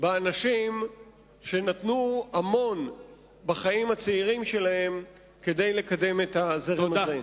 באנשים שנתנו המון בחיים הצעירים שלהם כדי לקדם את הזרם הזה.